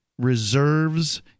Reserves